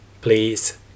Please